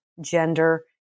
gender